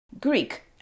Greek